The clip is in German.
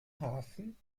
hafen